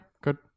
good